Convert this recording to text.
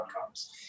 outcomes